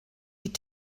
die